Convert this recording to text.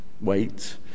Wait